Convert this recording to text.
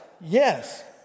Yes